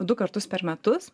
du kartus per metus